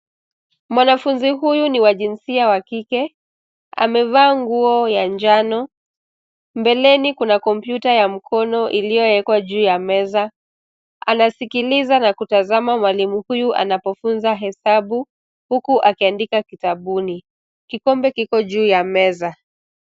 Mwanafunzi huyo ni wa jinsia wa kike. Amevaa nguo ya njano. Mbeleni kuna kompyuta ya mkono iliyoekwa juu ya meza. Anasikiliza na kutazama mwalimu huyu anapofunza hesabu huku akiandika kitabuni. Kikombe kiko juu ya meza.